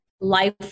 life